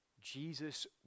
Jesus